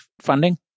funding